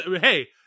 hey